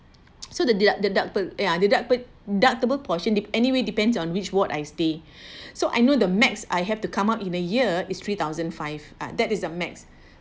so the deduct~ deducti~ ya deduct~ deductible portion it anyway depends on which ward I stay so I know the max I have to come up in a year is three thousand five ah that is the max